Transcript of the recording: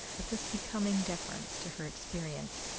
but this becoming deference to her experience,